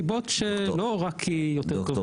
לא רק כי יותר טוב